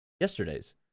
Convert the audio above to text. yesterday's